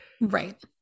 right